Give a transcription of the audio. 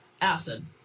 Acid